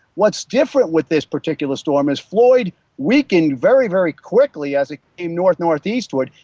what's different with this particular storm is floyd weakened very, very quickly as it came north, northeastward,